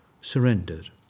surrendered